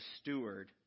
steward